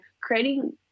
creating